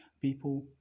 People